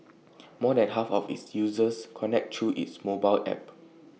more than half of its users connect through its mobile app